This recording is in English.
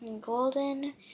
Golden